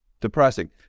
depressing